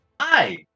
Hi